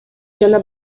жана